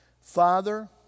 Father